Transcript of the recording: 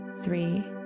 three